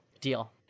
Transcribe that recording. Deal